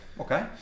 Okay